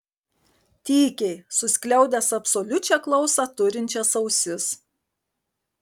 tykiai suskliaudęs absoliučią klausą turinčias ausis